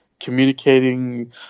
communicating